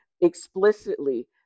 explicitly